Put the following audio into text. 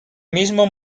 mismo